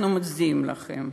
אנחנו מצדיעים לכם.